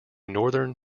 northern